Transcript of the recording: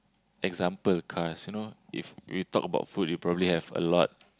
example cars you know if we talk about food you probably have a lot